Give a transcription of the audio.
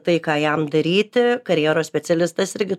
tai ką jam daryti karjeros specialistas irgi